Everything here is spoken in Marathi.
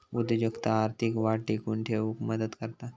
उद्योजकता आर्थिक वाढ टिकवून ठेउक मदत करता